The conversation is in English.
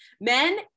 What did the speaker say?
men